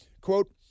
quote